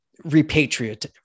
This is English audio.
repatriate